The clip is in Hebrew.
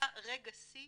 היה רגע שיא